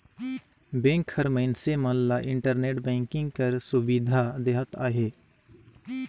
bank हर मइनसे मन ल इंटरनेट बैंकिंग कर सुबिधा देहत अहे